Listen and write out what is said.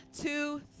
two